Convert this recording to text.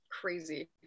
crazy